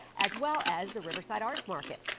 as well as the riverside arts market.